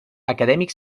acadèmic